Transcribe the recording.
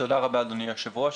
תודה רבה, אדוני היושב ראש.